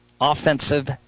offensive